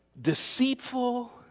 Deceitful